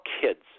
kids